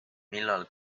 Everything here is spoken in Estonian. millal